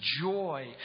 joy